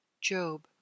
Job